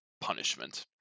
punishment